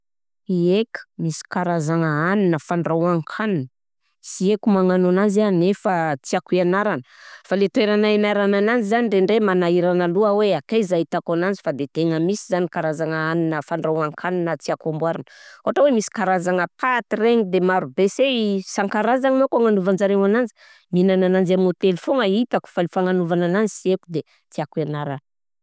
Ieka, misy karazagna hanina, fandrahoan-kanina sy haiko magnano ananzy a nefa tiako hianarana fa le toerana hianarana ananzy zany ndraindray manahirana loha hoe akaiza ahitako ananzy fa de tegna misy zany karazagna hanina, fandrahoan-kanina tiako hamboarina, ôhatra hoe misy karazagna paty regny de maro be se isan-karazany manko agnanaovanjareo ananjy, minana ananjy amin'ny hôtely foana hitako fa le fagnanaovagna ananzy sy haiko de tiako hianarana.